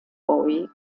boy